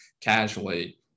casually